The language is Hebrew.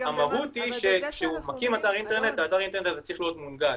המהות היא שהוא מקים אתר אינטרנט והאתר צריך להיות מונגש.